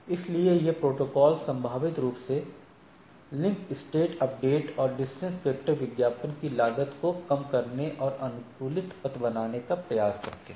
इसलिए ये प्रोटोकॉल संभावित रूप से लिंक स्टेट अपडेट और डिस्टेंस वेक्टर विज्ञापन की लागत को कम करते हैं और एक अनुकूलित पथ बनाने का प्रयास करते हैं